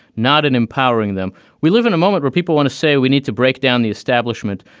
not an empowering them. we live in a moment where people want to say we need to break down the establishment.